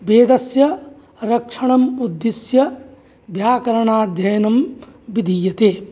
वेदस्य रक्षणम् उद्दिश्य व्याकरणाध्ययनं विधीयते